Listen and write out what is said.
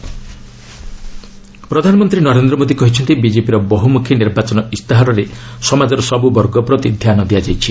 PM BJP manifesto ପ୍ରଧାନମନ୍ତ୍ରୀ ନରେନ୍ଦ୍ର ମୋଦି କହିଛନ୍ତି ବିଜେପିର ବହୁମୁଖୀ ନିର୍ବାଚନ ଇସ୍ତାହାରରେ ସମାଜର ସବୁ ବର୍ଗ ପ୍ରତି ଧ୍ୟାନ ଦିଆଯାଇଛି